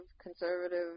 conservative